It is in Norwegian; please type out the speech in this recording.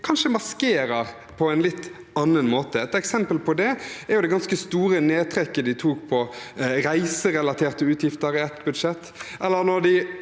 kanskje maskerer på en litt annen måte. Et eksempel på det er det ganske store nedtrekket de tok på reiserelaterte utgifter i et budsjett, eller når de